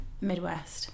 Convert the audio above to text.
Midwest